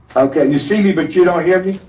okay, you see me, but you don't hear me.